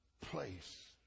place